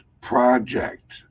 project